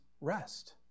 rest